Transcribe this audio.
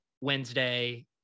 wednesday